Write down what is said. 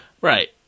Right